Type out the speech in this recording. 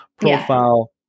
profile